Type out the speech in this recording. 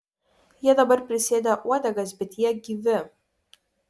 jie dabar prisėdę uodegas bet jie gyvi